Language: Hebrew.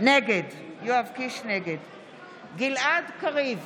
נגד גלעד קריב,